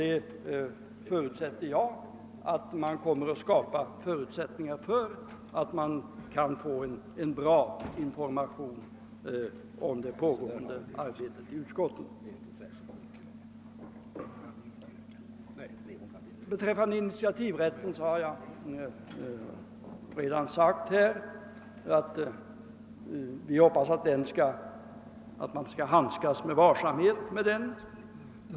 Jag förutsätter att man kommer att ordna så att det blir en bra information om det pågående arbetet i utskotten. Jag har redan sagt att man skall handskas med varsamhet med initiativrätten.